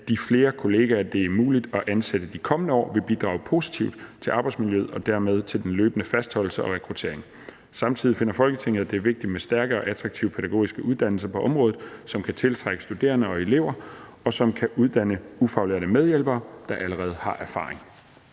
at de flere kollegaer, det er muligt at ansætte de kommende år, vil bidrage positivt til arbejdsmiljøet og dermed til den løbende fastholdelse og rekruttering. Samtidig finder Folketinget, at det er vigtigt med stærke og attraktive pædagogiske uddannelser på området, som kan tiltrække studerende og elever, og som kan uddanne ufaglærte medhjælpere, der allerede har erfaring.«